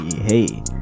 hey